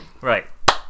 Right